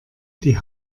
die